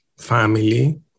family